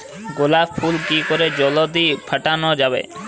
গোলাপ ফুল কি করে জলদি ফোটানো যাবে?